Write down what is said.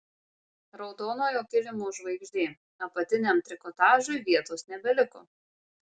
raudonojo kilimo žvaigždė apatiniam trikotažui vietos nebeliko